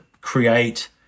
create